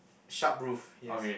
sharp booth yes